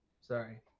Sorry